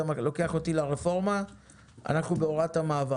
אתה לוקח אותי אלא אנחנו בהוראת המעבר.